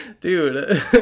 Dude